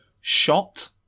shot